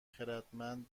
خردمند